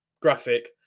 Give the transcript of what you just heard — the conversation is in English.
graphic